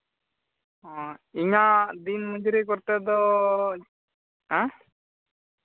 ᱤᱧᱟᱹᱜ ᱫᱤᱱ ᱢᱚᱡᱩᱨᱤ ᱠᱚᱨᱛᱮ ᱫᱚ ᱦᱮᱸ